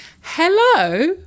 Hello